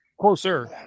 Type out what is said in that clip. Closer